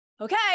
okay